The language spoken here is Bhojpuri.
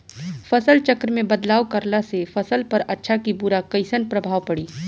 फसल चक्र मे बदलाव करला से फसल पर अच्छा की बुरा कैसन प्रभाव पड़ी?